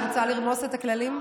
את רוצה לרמוס את הכללים?